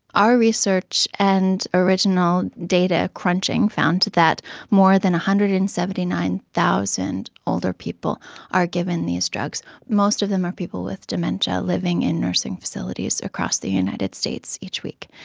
our research and original data crunching found that more than one hundred and seventy nine thousand older people are given these drugs. most of them are people with dementia living in nursing facilities across the united states each week.